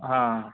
ఆ